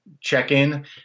check-in